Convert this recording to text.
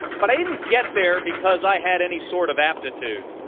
but i didn't get there because i had any sort of aptitude,